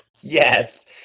Yes